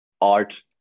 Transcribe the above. art